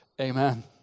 Amen